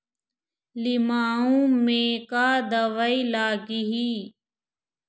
लिमाऊ मे का दवई लागिही?